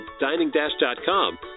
diningdash.com